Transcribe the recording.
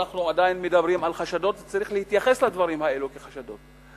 ואנחנו עדיין מדברים על חשדות וצריך להתייחס לדברים האלה כחשדות,